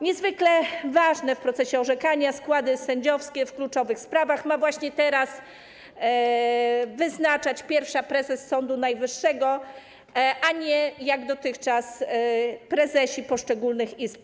Niezwykle ważne w procesie orzekania składy sędziowskie w kluczowych sprawach ma właśnie teraz wyznaczać pierwszy prezes Sądu Najwyższego, a nie jak dotychczas prezesi poszczególnych izb.